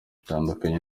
bitandukanye